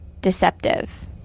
deceptive